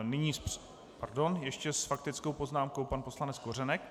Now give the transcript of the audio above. Nyní pardon, ještě s faktickou poznámkou pan poslanec Kořenek.